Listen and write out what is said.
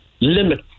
limit